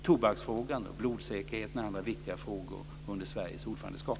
Tobaksfrågan och blodsäkerheten är andra viktiga frågor under Sveriges ordförandeskap.